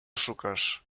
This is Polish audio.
szukasz